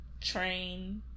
train